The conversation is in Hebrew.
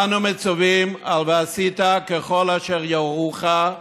אנו מצווים: ועשית "ככל אשר יורוך,